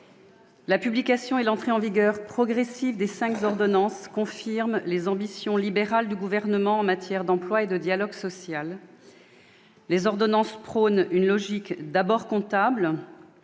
la publication et l'entrée en vigueur progressive des cinq ordonnances confirment les ambitions libérales du Gouvernement en matière d'emploi et de dialogue social. Ces ordonnances relèvent d'une logique d'abord comptable